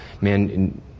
man